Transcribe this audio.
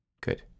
Good